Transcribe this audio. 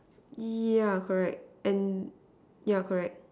yeah correct and yeah correct